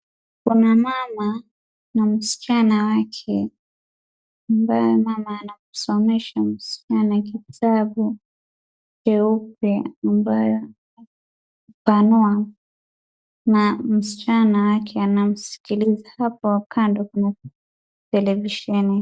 Kuna mama na msichana wako, ambaye mama anamsomesha mschana kitabu kieupe ambayo amepanua na mschana wake amansikiliza. Hapo kando kuna televisheni.